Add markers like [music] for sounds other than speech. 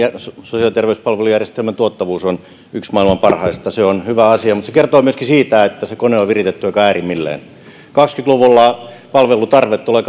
sosiaali ja terveyspalvelujärjestelmän tuottavuus on yksi maailman parhaista se on hyvä asia mutta se kertoo myöskin siitä että se kone on viritetty aika äärimmilleen kun kaksituhattakaksikymmentä luvulla palvelutarve tulee [unintelligible]